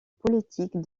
politique